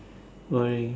boring